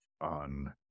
on